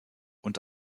und